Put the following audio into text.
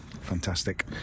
Fantastic